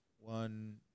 one